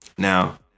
Now